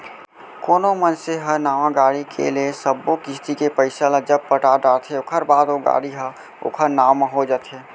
कोनो मनसे ह नवा गाड़ी के ले सब्बो किस्ती के पइसा ल जब पटा डरथे ओखर बाद ओ गाड़ी ह ओखर नांव म हो जाथे